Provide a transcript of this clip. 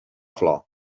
flor